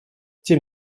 тем